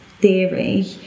theory